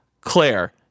Claire